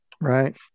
right